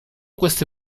queste